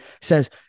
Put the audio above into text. says